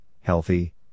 healthy